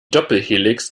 doppelhelix